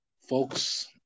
folks